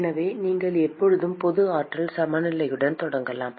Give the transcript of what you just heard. எனவே நீங்கள் எப்போதும் பொது ஆற்றல் சமநிலையுடன் தொடங்கலாம்